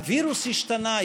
הווירוס השתנה,